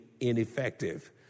ineffective